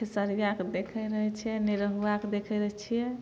खेसरिआके देखै रहै छियै निरहुआके देखै रहै छियै